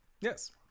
yes